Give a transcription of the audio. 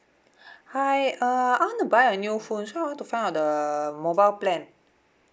hi uh I want to buy a new phone so I want to find out the mobile plan